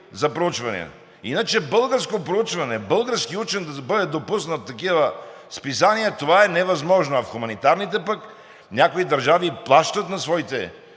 за проучвания. Иначе българско проучване, български учен да бъде допуснат в такива списания, това е невъзможно, а в хуманитарните пък някои държави плащат на своите